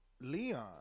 Leon